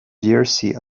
jersey